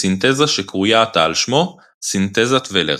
בסינתזה שקרויה עתה על שמו "סינתזת ולר".